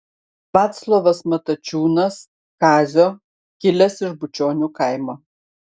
vaclovas matačiūnas kazio kilęs iš bučionių kaimo